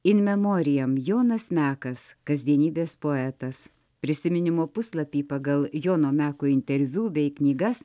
in memoriam jonas mekas kasdienybės poetas prisiminimo puslapį pagal jono meko interviu bei knygas